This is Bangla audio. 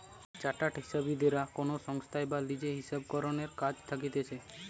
চার্টার্ড হিসাববিদরা কোনো সংস্থায় বা লিজে হিসাবরক্ষণের কাজে থাকতিছে